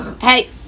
hey